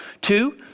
Two